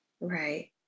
Right